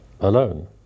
alone